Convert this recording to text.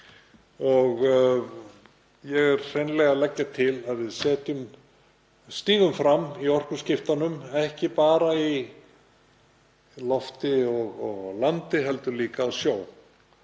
Ég er hreinlega að leggja til að við stígum fram í orkuskiptunum, ekki bara í lofti og á landi heldur líka á sjó.